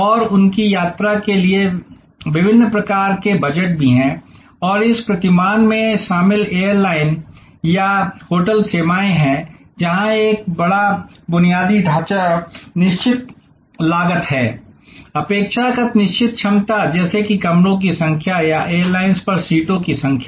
और उनकी यात्रा के लिए विभिन्न प्रकार के बजट भी हैं और इस प्रतिमान में शामिल एयरलाइंस या होटल सेवाएं हैं जहां एक बड़ा बुनियादी ढांचा निश्चित लागत है अपेक्षाकृत निर्धारित क्षमता जैसे कि कमरों की संख्या या एयरलाइंस पर सीटों की संख्या